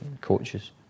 Coaches